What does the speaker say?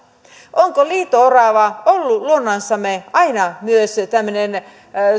onko liito orava ollut luonnossamme aina myös tämmöinen